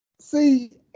See